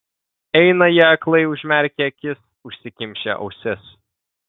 eina jie aklai užmerkę akis užsikimšę ausis